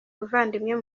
ubuvandimwe